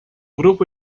grupo